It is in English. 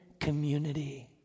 community